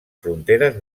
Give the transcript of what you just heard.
fronteres